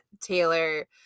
taylor